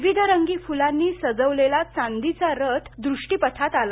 विविधरंगी फुलांनी सजविलेला चांदीचा रथ दृष्टीपथात आला